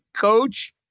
coach